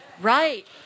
right